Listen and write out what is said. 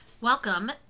Welcome